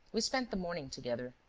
we spent the morning together.